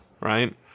right